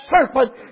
serpent